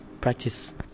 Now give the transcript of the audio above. practice